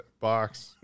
box